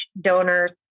donor's